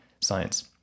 science